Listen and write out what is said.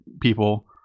people